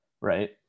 right